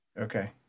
Okay